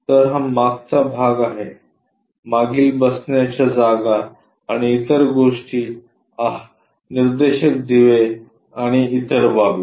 तर हा मागचा भाग आहे मागील बसण्याच्या जागा आणि इतर गोष्टी आह निर्देशक दिवे आणि इतर बाबी